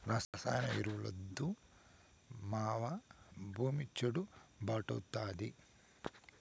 రసాయన ఎరువులొద్దు మావా, భూమి చౌడు భార్డాతాది